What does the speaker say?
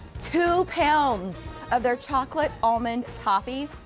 two pounds of their chocolate almond coffee.